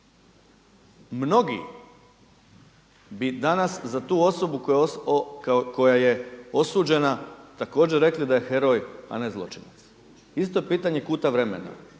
Mnogi bi danas za tu osobu koja je osuđena također rekla da je heroj, a ne zločinac, isto pitanje kuta vremena.